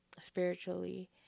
spiritually